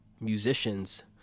musicians